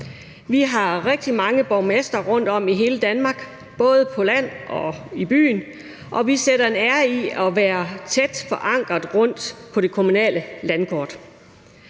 Vi har rigtig mange borgmestre rundtom i hele Danmark, både på land og i byen, og vi sætter en ære i at være tæt forankret rundt på det kommunale landkort.